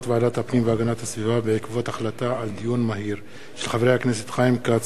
ועדת הפנים והגנת הסביבה בעקבות דיון מהיר בהצעתם של חברי הכנסת חיים כץ,